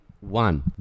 one